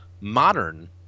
Modern